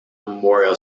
memorial